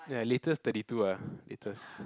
ya latest thirty two ahh latest